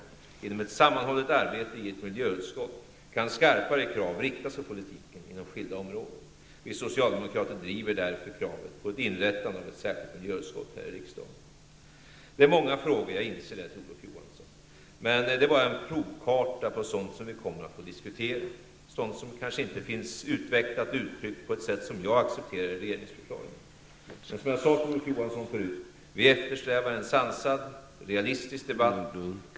Inom ramen för ett sammanhållet arbete i ett miljöutskott kan skarpare krav riktas på politiken inom skilda områden. Vi socialdemokrater driver därför kravet på ett inrättande av ett särskilt miljöutskott här i riksdagen. Det är många frågor, jag inser det, Olof Johansson. Men det är bara en provkarta på sådant som vi kommer att få diskutera, sådant som kanske inte i regeringsförklaringen finns utvecklat och uttryckt på ett sätt som jag accepterar. Som jag sade till Olof Johansson förut eftersträvar vi en sansad och realistisk debatt.